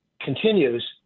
continues